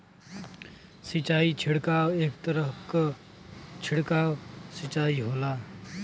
सिंचाई छिड़काव एक तरह क छिड़काव सिंचाई होला